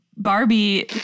Barbie